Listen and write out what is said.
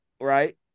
right